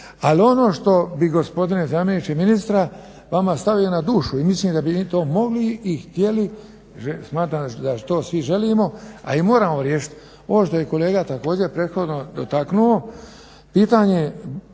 ali ono što bi gospodine zamjeniče ministra vama stavio na dušu i mislim da bi vi to mogli i htjeli smatram da to svi želimo a i moramo riješiti. Ono što je kolega također prethodno dotaknuo, pitanje